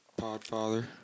Podfather